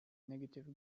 negative